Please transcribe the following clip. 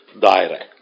direct